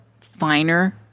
finer